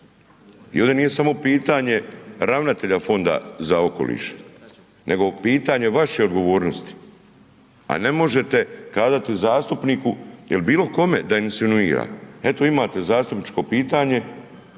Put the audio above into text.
I ovdje nije samo pitanje ravnatelja Fonda za okoliš nego pitanje vaše odgovornosti a ne možete kažete i zastupniku ili bilo kome da insinuira. Eto imate zastupničko pitanje